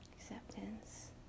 acceptance